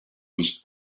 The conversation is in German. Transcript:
nicht